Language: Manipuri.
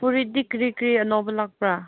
ꯐꯨꯔꯤꯠꯇꯤ ꯀꯔꯤ ꯀꯔꯤ ꯑꯅꯧꯕ ꯂꯥꯛꯄ꯭ꯔꯥ